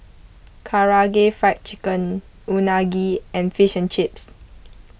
Karaage Fried Chicken Unagi and Fish and Chips